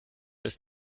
ist